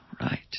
right